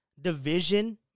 division